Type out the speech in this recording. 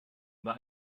war